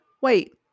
Wait